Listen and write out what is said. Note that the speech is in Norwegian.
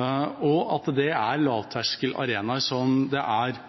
og at dette er lavterskelarenaer som det er